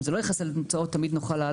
אם זה לא יכסה לנו את ההוצאות תמיד נוכל